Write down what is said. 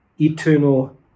eternal